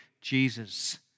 Jesus